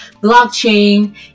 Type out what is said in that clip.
blockchain